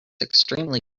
extremely